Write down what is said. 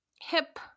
hip